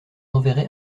enverrai